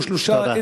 או שלושה,